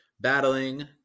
battling